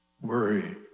worry